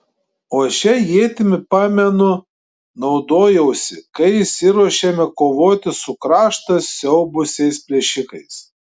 o šia ietimi pamenu naudojausi kai išsiruošėme kovoti su kraštą siaubusiais plėšikais